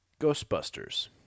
Ghostbusters